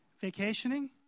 vacationing